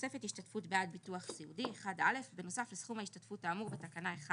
תוספת השתתפות בעד ביטוח סיעודי 1א' בנוסף לסכום ההשתתפות האמור בתקנה 1